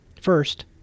First